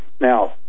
now